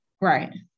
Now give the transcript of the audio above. right